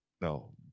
No